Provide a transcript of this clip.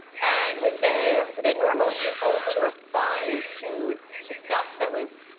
and they they normally only respond to to stuff that was,